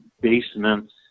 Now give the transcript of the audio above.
basements